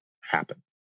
happen